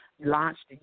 Launched